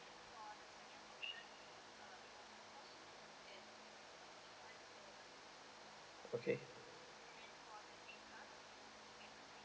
okay